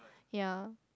ya